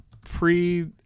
pre